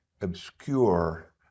obscure